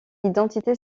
identité